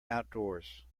outdoors